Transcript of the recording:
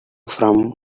from